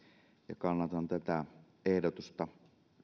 ja kannatan tätä ehdotusta